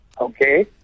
okay